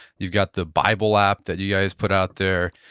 you've got the bible app that you guys put out there.